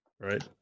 right